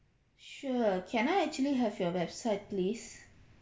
sure can I actually have your website please